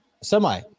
Semi